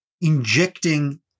injecting